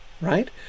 right